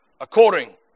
according